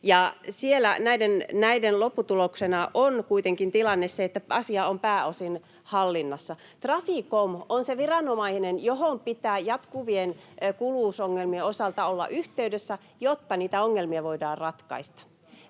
näiden lopputuloksena on kuitenkin tilanne se, että asia on pääosin hallinnassa. Traficom on se viranomainen, johon pitää jatkuvien kuuluvuusongelmien osalta olla yhteydessä, jotta niitä ongelmia voidaan ratkaista.